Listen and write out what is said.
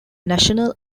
national